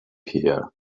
here